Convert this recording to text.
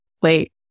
wait